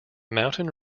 mountain